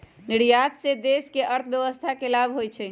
निर्यात से देश के अर्थव्यवस्था के लाभ होइ छइ